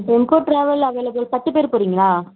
tempo travel available பத்து பேர் போகுறிங்களா